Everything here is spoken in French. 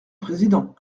président